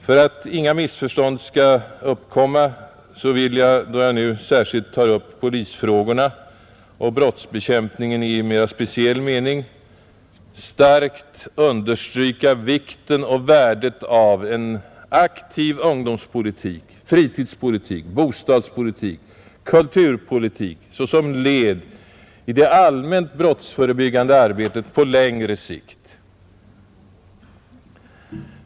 För att inga missförstånd skall uppkomma vill jag, då jag nu särskilt tar upp polisfrågorna och brottsbekämpningen i mera speciell mening, samtidigt kraftigt understryka vikten och värdet på längre sikt av en aktiv ungdomspolitik, fritidspolitik, bostadspolitik och kulturpolitik såsom led i det allmänt brottsförebyggande arbetet.